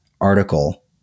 article